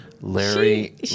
Larry